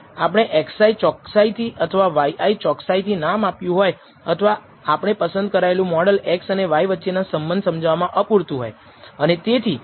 આપણે xi ચોકસાઈથી અથવા yi ચોકસાઈથી ના માપ્યું હોય અથવા આપણે પસંદ કરાયેલું મોડલ x અને y વચ્ચેના સંબંધ સમજાવવા અપૂરતું હોય